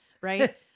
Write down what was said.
right